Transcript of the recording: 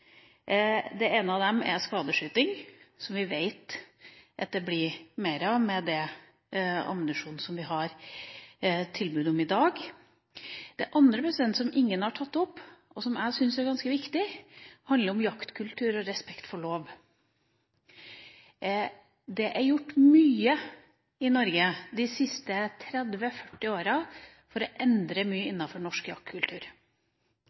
av dem gjelder skadeskyting, som vi vet at det blir mer av med den ammunisjonen vi har tilbud om i dag. Det andre som ingen har tatt opp, men som jeg syns er ganske viktig, handler om jaktkultur og respekt for loven. Det er gjort mye i Norge de siste 30–40 åra for å endre